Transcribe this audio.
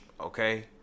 okay